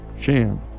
sham